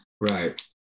Right